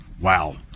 Wow